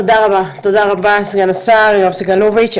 תודה רבה, סגן השר יואב סגלוביץ'.